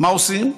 מה עושים?